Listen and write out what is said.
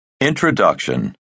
Introduction